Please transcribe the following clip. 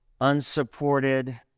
unsupported